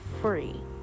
free